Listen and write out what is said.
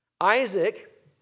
Isaac